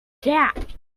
that